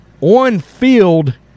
on-field